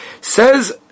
says